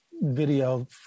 video